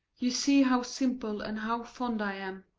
you see how simple and how fond i am.